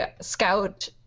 scout